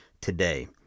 today